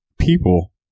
people